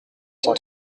cent